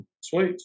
Sweet